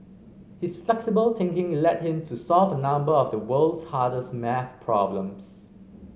his flexible thinking led him to solve a number of the world's hardest maths problems